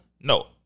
No